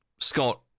Scott